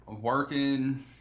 working